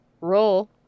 roll